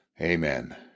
Amen